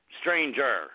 stranger